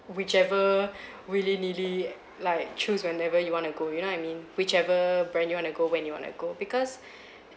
whichever willy nilly like choose whenever you want to go you know you mean whichever brand you want to go when you want to go because